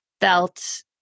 felt